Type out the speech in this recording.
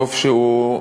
טוב שהוא,